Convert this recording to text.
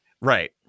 Right